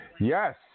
Yes